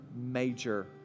major